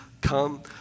come